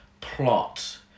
plot